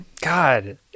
God